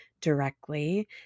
directly